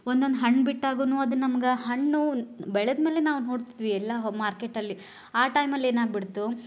ಒಂದೊಂದು ಹಣ್ಣು ಬಿಟ್ಟಾಗೂ ಅದು ನಮ್ಗೆ ಹಣ್ಣು ಬೆಳೆದ್ಮೇಲೆ ನಾವು ನೋಡ್ತಿದ್ವಿ ಎಲ್ಲ ಮಾರ್ಕೆಟಲ್ಲಿ ಆ ಟೈಮಲ್ಲಿ ಏನಾಗಿಬಿಡ್ತು